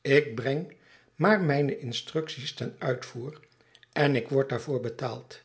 ik breng maar mijne instructies ten uitvoer en ik word daarvoor betaald